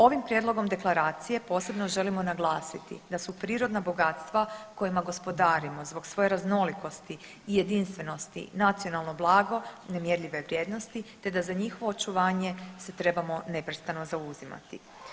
Ovim prijedlogom deklaracije posebno želimo naglasiti da su prirodna bogatstva kojima gospodarimo zbog svoje raznolikosti i jedinstvenosti nacionalno blago nemjerljive vrijednosti, te za njihovo očuvanje se trebamo neprestano zauzimati.